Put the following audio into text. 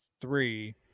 three